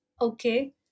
Okay